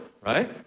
right